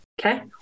okay